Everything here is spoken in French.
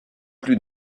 plus